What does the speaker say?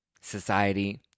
society